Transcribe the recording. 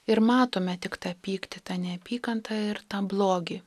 ir matome tik tą pyktį tą neapykantą ir tą blogį